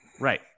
Right